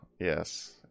Yes